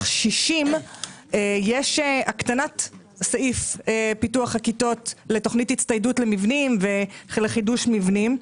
60 יש הקטנת סעיף פיתוח הכיתות לתוכנית הצטיידות למבנים ולחידוש מבנים.